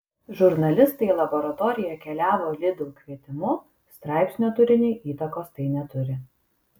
žurnalistai į laboratoriją keliavo lidl kvietimu straipsnio turiniui įtakos tai neturi